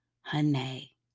honey